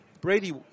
Brady